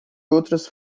outras